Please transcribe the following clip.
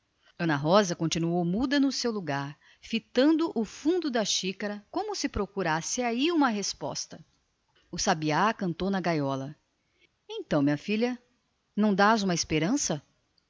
rosa continuou muda no seu lugar a fitar a toalha da mesa como se procurasse aí uma resolução o sabiá cantava na gaiola então minha filha não dás sequer uma esperança